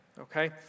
Okay